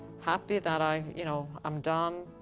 happy that i, you know, i'm done.